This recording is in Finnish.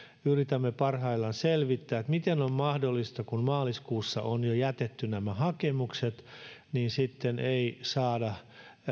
yritämme parhaillaan selvittää miten on mahdollista että kun jo maaliskuussa on jätetty nämä hakemukset niin ei saada